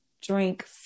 Drink